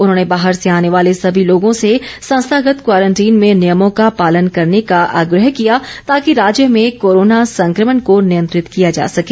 उन्होंने बाहर से आने वाले सभी लोगों से संस्थागत क्वारंटीन में नियमों का पालन करने का आग्रह किया ताकि राज्य में कोरोना संकमण को नियंत्रित किया जा सके